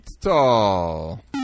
tall